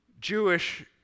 jewish